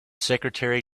secretary